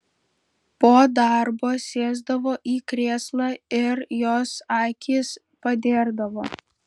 po darbo sėsdavo į krėslą ir jos akys padėrdavo